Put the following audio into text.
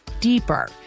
deeper